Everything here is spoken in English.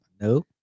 No